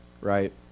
right